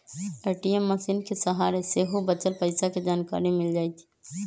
ATM मशीनके सहारे सेहो बच्चल पइसा के जानकारी मिल जाइ छइ